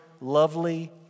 lovely